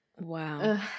wow